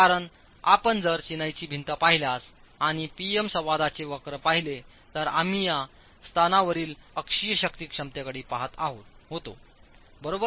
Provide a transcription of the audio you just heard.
कारण आपण जर चिनाईची भिंत पाहिल्यास आणि P M संवादाचे वक्र पाहिले तर आम्ही या स्थानावरील अक्षीय शक्ती क्षमतेकडे पहात होतो बरोबर